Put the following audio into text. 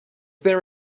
there